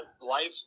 life